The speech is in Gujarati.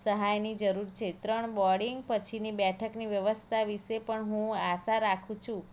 સહાયની જરૂર છે ત્રણ બોર્ડિંગ પછીની બેઠકની વ્યવસ્થા વિશે પણ હું આશા રાખું છું